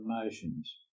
emotions